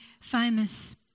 famous